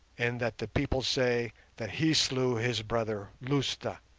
in that the people say that he slew his brother, lousta,